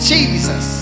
Jesus